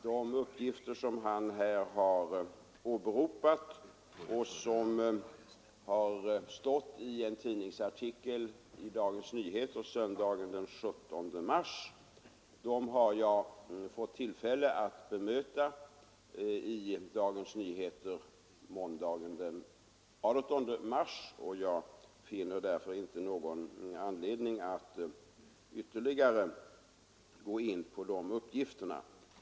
De uppgifter som han här har åberopat och som har lämnats i en tidningsartikel i Dagens Nyheter söndagen den 17 mars har jag fått tillfälle att bemöta i Dagens Nyheter måndagen den 18 mars. Jag finner därför inte någon anledning att ytterligare gå in på dessa uppgifter.